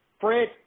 Fred